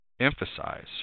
emphasize